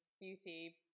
beauty